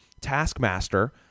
Taskmaster